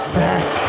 back